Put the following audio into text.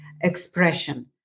expression